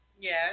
Yes